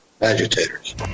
agitators